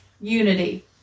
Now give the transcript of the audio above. unity